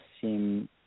seem